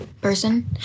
person